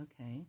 Okay